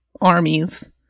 Armies